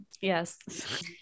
yes